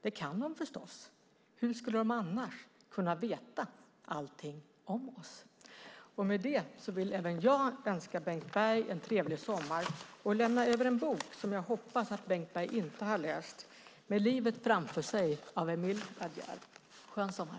Det kan de förstås! Hur skulle de annars veta allting om oss? Med det vill även jag önska Bengt Berg en trevlig sommar och lämna över en bok som jag hoppas att Bengt Berg inte har läst: Med livet framför sig av Émile Ajar. Skön sommar!